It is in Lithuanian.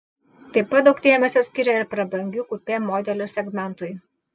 taip pat daug dėmesio skiria ir prabangių kupė modelių segmentui